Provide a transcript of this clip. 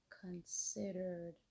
considered